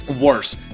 Worse